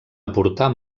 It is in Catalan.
aportar